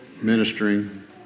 ministering